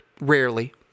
rarely